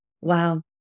Wow